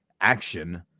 action